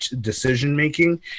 decision-making